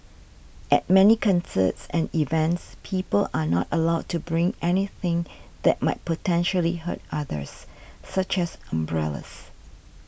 at many concerts and events people are not allowed to bring anything that might potentially hurt others such as umbrellas